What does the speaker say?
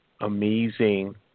amazing